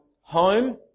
home